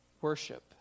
worship